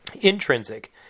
Intrinsic